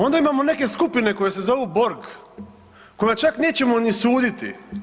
Ona imamo neke skupine koje se zovu Borg kojima čak nećemo ni suditi.